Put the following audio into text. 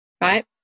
right